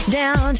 down